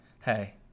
Hey